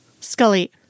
Scully